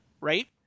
right